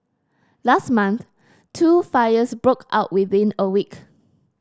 last month two fires broke out within a week